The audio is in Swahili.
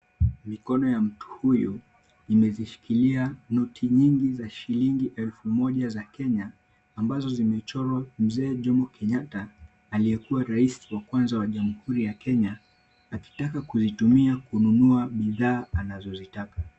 Mikono ya mtu huyu imezishikilia noti nyingi za shilingi elfu moja za Kenya ambazo zimechorwa Mzee Jomo Kenyatta aliyekua rais wa kwanza wa jamhuri ya Kenya, akitaka kuzitumia kununua bidhaa anazozitaka.